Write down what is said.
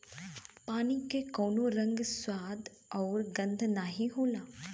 पानी के कउनो रंग, स्वाद आउर गंध नाहीं होला